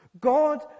God